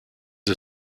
the